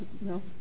no